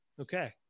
okay